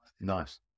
Nice